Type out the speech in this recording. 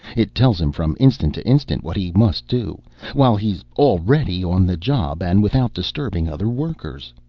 it tells him from instant to instant what he must do while he's already on the job and without disturbing other workers.